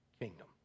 kingdom